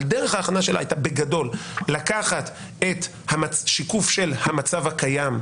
אבל דרך ההכנה בגדול הייתה לקחת שיקוף של המצב הקיים,